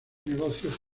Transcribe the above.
negocios